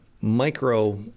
micro